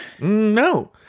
No